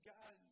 God